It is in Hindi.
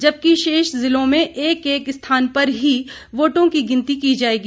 जबकि शेष जिलों में एक एक स्थान पर ही वोटों की गिनती की जायेगी